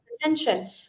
attention